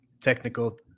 technical